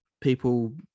People